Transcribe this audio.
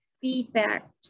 feedback